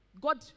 God